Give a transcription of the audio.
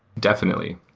definitely.